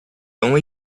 only